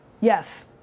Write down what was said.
yes